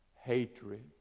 hatred